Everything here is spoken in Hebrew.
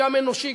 גם אנושי,